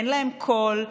אין להם קול,